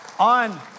On